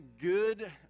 good